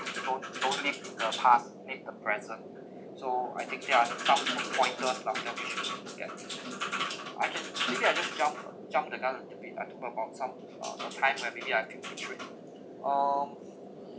don't don't live in the past live the present so I think yeah there's some good pointers lah that we should look at yeah I can maybe I just jump the jump the gun a little bit I talk about some uh the time when maybe I feel betrayed um